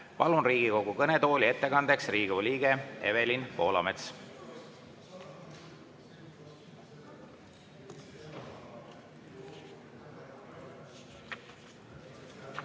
Palun Riigikogu kõnetooli ettekandeks Riigikogu liikme Evelin Poolametsa.